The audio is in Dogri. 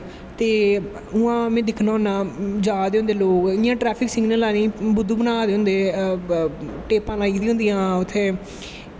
ते उआं में दिक्खनां होनां जा दे होंदे लोग इयां ट्रैफिक सिगनल आह्लें बुध्दू बना दे होंदे टेपां लाई दियां होंदियां उत्थें